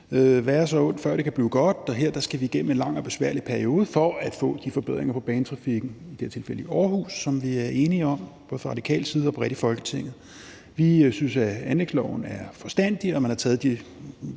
være så ondt, før det kan blive godt, og her skal vi igennem en lang og besværlig periode for at få de forbedringer for banetrafikken, i det her tilfælde i Aarhus, som vi er enige om, både fra radikal side og bredt i Folketinget. Vi synes, at anlægsloven er forstandig, og at man har taget de